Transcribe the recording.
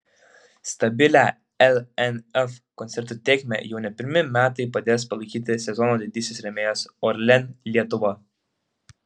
stabilią lnf koncertų tėkmę jau ne pirmi metai padės palaikyti sezono didysis rėmėjas orlen lietuva